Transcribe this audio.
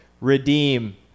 redeem